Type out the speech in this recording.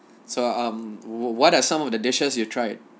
so um what are some of the dishes you tried